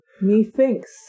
Methinks